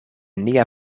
nia